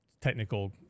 technical